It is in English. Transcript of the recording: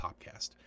Podcast